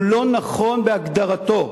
הוא לא נכון בהגדרתו,